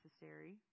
necessary